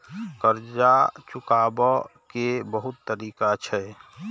कर्जा चुकाव के बहुत तरीका छै?